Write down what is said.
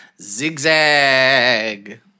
Zigzag